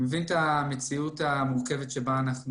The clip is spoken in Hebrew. אני מבין את המציאות המורכבת בה אנחנו